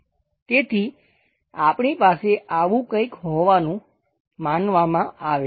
તેથી આપણી પાસે આવું કઈંક હોવાનું માનવામાં આવે છે